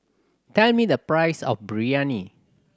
tell me the price of Biryani